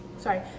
Sorry